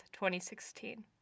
2016